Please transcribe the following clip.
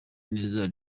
neza